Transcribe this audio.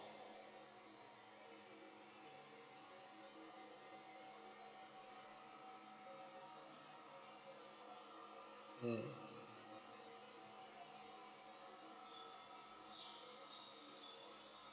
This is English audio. mm